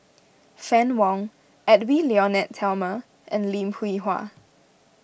Fann Wong Edwy Lyonet Talma and Lim Hwee Hua